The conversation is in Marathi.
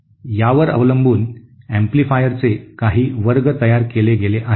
यावर अवलंबून अँप्लिफायरचे काही वर्ग तयार केले गेले आहेत